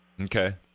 Okay